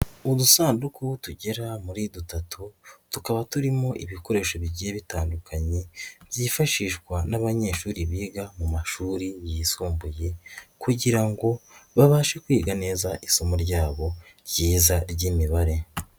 Udusanduku tugera muri dutatu tukaba turimo ibikoresho bigiye bitandukanye byifashishwa n'abanyeshuri biga mu mashuri yisumbuye kugira ngo babashe kwiga neza isomo ryabo ryiza ry'imibare.